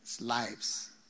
lives